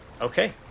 Okay